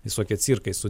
visokie cirkai su